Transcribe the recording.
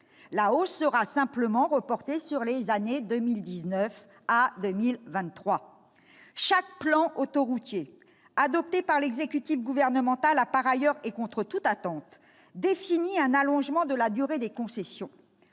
la hausse sera simplement reportée sur les années 2019 à 2023. Chaque plan autoroutier adopté par l'exécutif gouvernemental a, par ailleurs, et contre toute attente, défini un allongement de la durée des concessions.